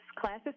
classes